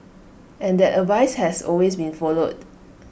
and that advice has always been followed